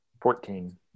Fourteen